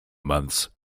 months